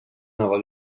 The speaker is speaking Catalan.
nova